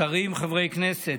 שרים, חברי כנסת,